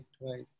right